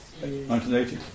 1980s